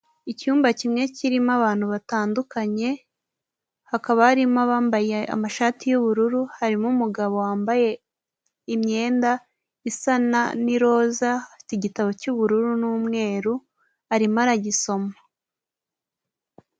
Icyumba kimwe kirimo abantu batandukanye hakaba harimo abambaye amashati y'ubururu harimo umugabo wambaye imyenda isa n'iroza, afite igitabo cy'ubururu n'umweru arimo aragisoma.